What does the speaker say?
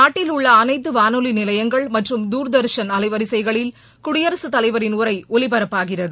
நாட்டில் உள்ள அனைத்து வானொலி நிலையங்கள் மற்றும் துர்தர்ஷன் அலைவரிசைகளில் குடியரசுத் தலைவரின் உரை ஒலிபரப்பாகிறது